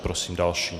Prosím další.